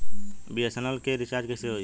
BSNL के recharge कैसे होयी?